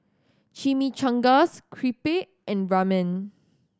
Chimichangas Crepe and Ramen